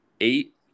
eight